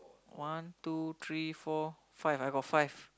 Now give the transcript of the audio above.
one two three four five I got five